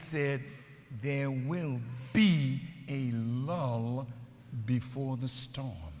said there will be a low before the storm